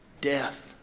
death